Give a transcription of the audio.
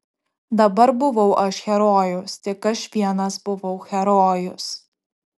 dabar buvau aš herojus tik aš vienas buvau herojus